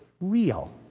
real